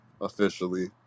officially